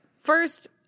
first